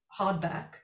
hardback